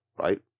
right